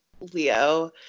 Leo